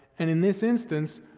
and in this instance,